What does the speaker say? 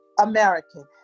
American